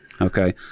Okay